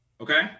Okay